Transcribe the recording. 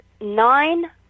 nine